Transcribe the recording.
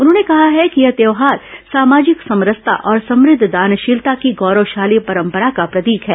उन्होंने कहा कि यह त्यौहार सामाजिक समसरता और समुद्ध दानशीलता की गौरवशाली परंपरा का प्रतीक है